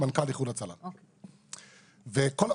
אלי